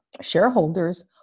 shareholders